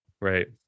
right